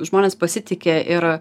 žmonės pasitike yra